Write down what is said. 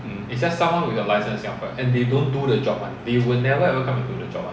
mm